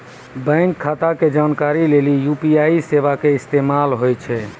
bank खाता के जानकारी लेली यू.पी.आई सेबा के इस्तेमाल होय छै